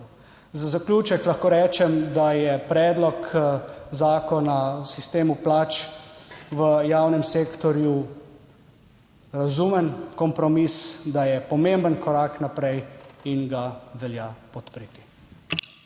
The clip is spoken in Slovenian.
Za zaključek lahko rečem, da je Predlog zakona o sistemu plač v javnem sektorju razumen kompromis, da je pomemben korak naprej in ga velja podpreti.